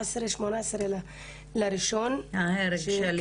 2017 --- ההרג של יעקוב אבו אלקיעאן.